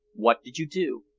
what did you do?